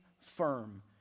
firm